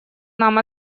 нам